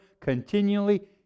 continually